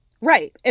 Right